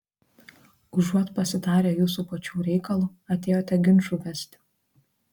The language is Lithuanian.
užuot pasitarę jūsų pačių reikalu atėjote ginčų vesti